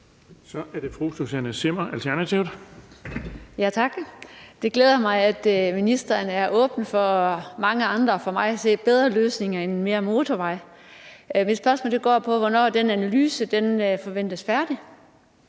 Kl. 17:22 Susanne Zimmer (ALT): Tak. Det glæder mig, at ministeren er åben for mange andre for mig at se bedre løsninger end mere motorvej. Mit spørgsmål går på, hvornår den analyse forventes færdig.